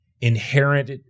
inherent